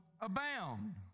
abound